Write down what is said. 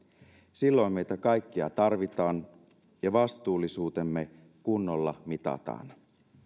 silloin meitä kaikkia tarvitaan ja vastuullisuutemme kunnolla mitataan